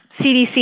CDC